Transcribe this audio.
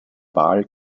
wahl